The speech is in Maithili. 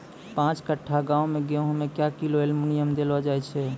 पाँच कट्ठा गांव मे गेहूँ मे क्या किलो एल्मुनियम देले जाय तो?